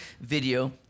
video